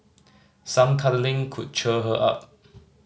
some cuddling could cheer her up